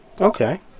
Okay